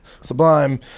Sublime